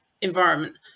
environment